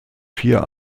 vier